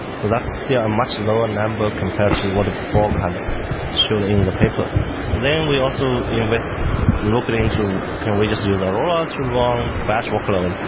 so that's still a much lower number compared to what borg has showed in the paper then we also invest locally into can we just use aurora to run batch workload?